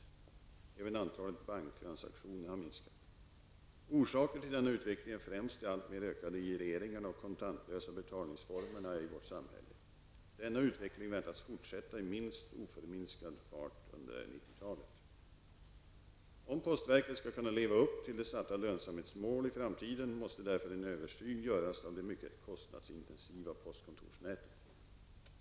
Även antalet banktransaktioner har minskat. Orsaker till denna utveckling är främst de alltmer ökade gireringarna och kontantlösa betalningsformerna i vårt samhälle. Denna utveckling väntas fortsätta i minst oförminskad fart under 90-talet. Om postverket skall kunna leva upp till det satta lönsamhetsmålet i framtiden måste därför en översyn göras av det mycket kostnadsintensiva postkontorsnätet.